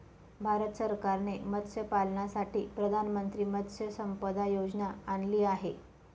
भारत सरकारने मत्स्यपालनासाठी प्रधानमंत्री मत्स्य संपदा योजना आणली आहे